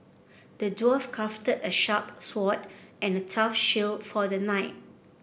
the dwarf crafted a sharp sword and a tough shield for the knight